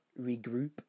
regroup